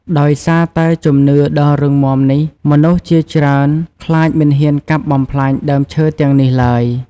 ដោយសារតែជំនឿដ៏រឹងមាំនេះ មនុស្សជាច្រើនខ្លាចមិនហ៊ានកាប់បំផ្លាញដើមឈើទាំងនេះឡើយ។